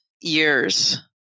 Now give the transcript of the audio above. years